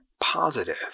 positive